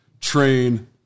train